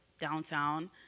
downtown